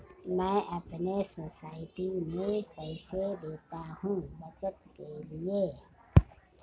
मैं अपने सोसाइटी में पैसे देता हूं बचत के लिए